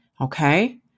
okay